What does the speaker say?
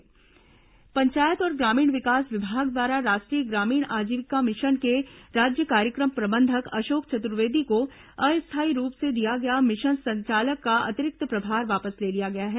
प्रभार वापसी पंचायत और ग्रामीण विकास विभाग द्वारा राष्ट्रीय ग्रामीण आजीविका मिशन के राज्य कार्यक्रम प्रबंधक अशोक चतुर्वेदी को अस्थायी रूप से दिया गया मिशन संचालक का अतिरिक्त प्रभार वापस ले लिया गया है